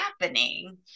happening